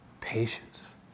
Patience